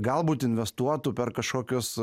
galbūt investuotų per kažkokius